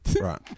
Right